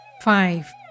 five